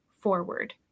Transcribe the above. forward